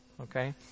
Okay